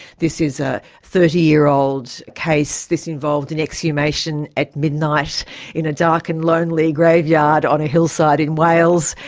this is a thirty year-old case, this involved an exhumation at midnight in a dark and lonely graveyard on a hillside in wales.